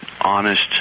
honest